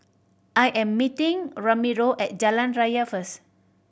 I am meeting Ramiro at Jalan Raya first